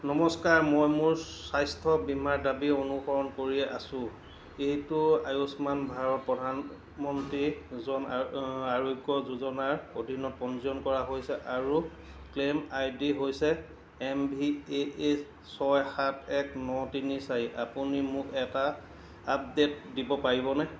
নমস্কাৰ মই মোৰ স্বাস্থ্য বীমাৰ দাবী অনুকৰণ কৰি আছোঁ এইটো আয়ুষ্মান ভাৰত প্ৰধানমন্ত্ৰী জন আ আৰোগ্য যোজনাৰ অধীনত পঞ্জীয়ন কৰা হৈছে আৰু ক্লেইম আইডি হৈছে এম ভি এ এইচ ছয় সাত এক ন তিনি চাৰি আপুনি মোক এটা আপডেট দিব পাৰিবনে